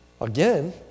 Again